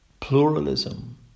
Pluralism